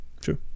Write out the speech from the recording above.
True